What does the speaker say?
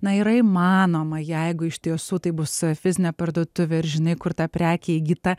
na yra įmanoma jeigu iš tiesų tai bus fizinė parduotuvė ir žinai kur ta prekė įgyta